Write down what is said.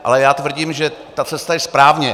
Ale já tvrdím, že ta cesta je správně.